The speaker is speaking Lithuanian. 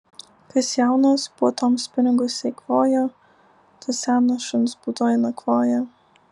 kas jaunas puotoms pinigus eikvojo tas senas šuns būdoj nakvoja